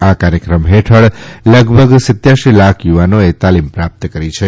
આ કાર્યક્રમ હેઠળ લગભગ સિત્યાસી લાખ યુવાનોએ તાલીમ પ્રાપ્ત કરી છે